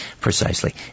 Precisely